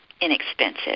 inexpensive